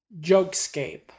Jokescape